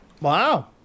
Wow